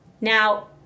Now